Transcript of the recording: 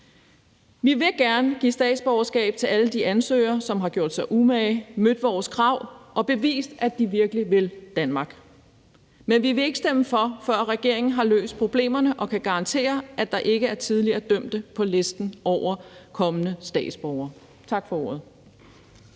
Vi vil gerne give statsborgerskab til alle de ansøgere, som har gjort sig umage, har mødt vores krav og bevist, at de virkelig vil Danmark. Men vi vil ikke stemme for, før regeringen har løst problemerne og kan garantere, at der ikke er tidligere dømte på listen over kommende statsborgere. Tak for ordet.